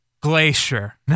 Glacier